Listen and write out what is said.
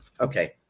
Okay